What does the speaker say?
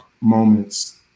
moments